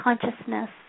consciousness